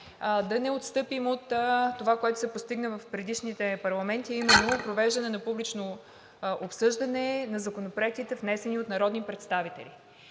да не отстъпим от това, което се постигна в предишните парламенти, а именно провеждане на публично обсъждане на законопроектите, внесени от народни представители,